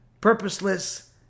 purposeless